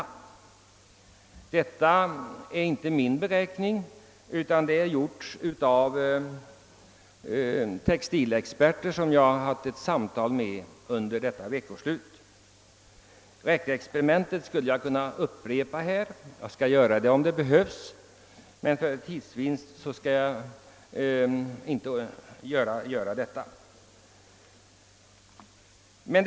Detta är inte min beräkning, utan den har gjorts av textilexperter, som jag har haft samtal med under detta veckoslut. Räkneexperimentet skulle jag kunna upprepa här, men för att åstadkomma tidsvinst skall jag inte göra det, om det inte behövs.